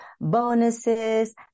bonuses